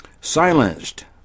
silenced